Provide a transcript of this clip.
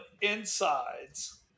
insides